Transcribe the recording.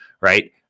right